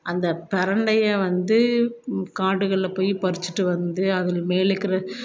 அந்த பிரண்டைய வந்து காடுகளில் போய் பறித்துட்டு வந்து அதில் மேலிருக்குற